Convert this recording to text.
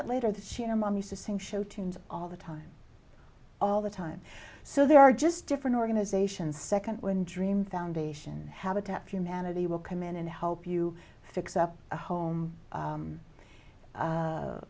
out later that she and her mom used to sing show tunes all the time all the time so they are just different organizations second wind dream foundation habitat for humanity will come in and help you fix up a home